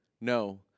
No